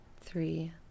three